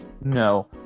No